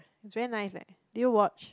it's really nice that their watch